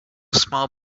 small